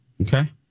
okay